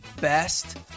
best